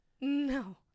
No